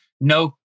no